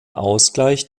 ausgleich